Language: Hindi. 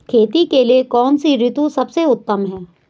खेती के लिए कौन सी ऋतु सबसे उत्तम है?